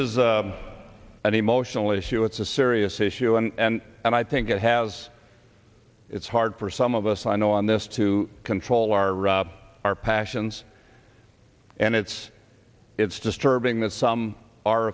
is an emotional issue it's a serious issue and i think it has it's hard for some of us i know on this to control our our passions and it's it's disturbing that some are